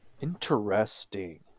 Interesting